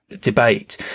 debate